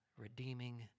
redeeming